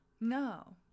No